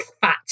fat